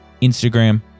Instagram